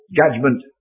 judgment